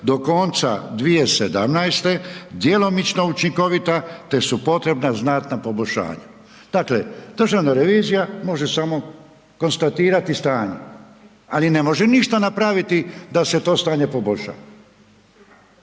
do konca 2017. djelomično učinkovita, te su potrebna znatna poboljšanja. Dakle, Državna revizija, može samo konstatirati stanje. Ali ne može ništa napraviti da se to stanje poboljša,